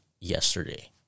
yesterday